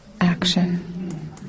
action